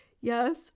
Yes